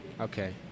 Okay